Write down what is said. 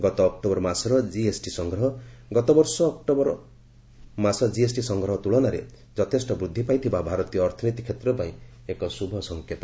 ଗତ ଅକ୍ଟୋବର ମାସର ଜିଏସ୍ଟି ସଂଗ୍ରହ ଗତବର୍ଷ ଅକ୍ଟୋବର ମାସ ଜିଏସ୍ଟି ସଂଗ୍ରହ ତୁଳନାରେ ଯଥେଷ୍ଟ ବୃଦ୍ଧି ପାଇଥିବା ଭାରତୀୟ ଅର୍ଥନୀତି କ୍ଷେତ୍ର ପାଇଁ ଏକ ଶୁଭ ସଂକେତ